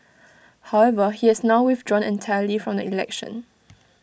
however he has now withdrawn entirely from the election